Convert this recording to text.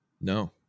No